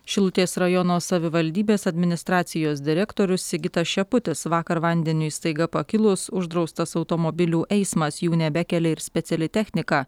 šilutės rajono savivaldybės administracijos direktorius sigitas šeputis vakar vandeniui staiga pakilus uždraustas automobilių eismas jų nebekelia ir speciali technika